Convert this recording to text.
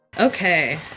Okay